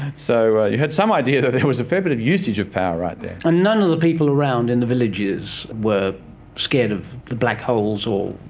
so you had some idea that there was a fair bit of usage of power right there. and none of the people around in the villages were scared of the black holes or,